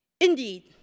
Indeed